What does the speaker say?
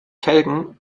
felgen